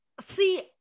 see